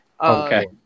Okay